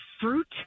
fruit